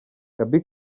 gaby